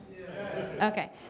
Okay